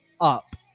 up